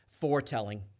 foretelling